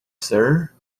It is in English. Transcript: sir